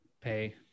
pay